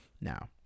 now